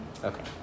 Okay